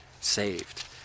saved